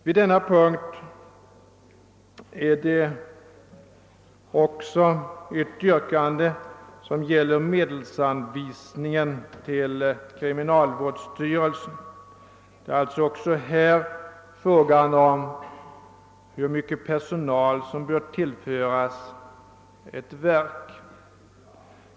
Vid denna punkt föreligger också ett yrkande som gäller medelsanvisningen till kriminalvårdsstyrelsen. Det är alltså även här fråga om hur mycket personal som bör tillföras ett verk.